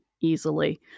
easily